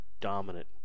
Dominant